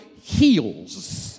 Heals